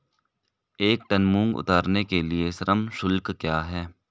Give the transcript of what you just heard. एक टन मूंग उतारने के लिए श्रम शुल्क क्या है?